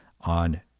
on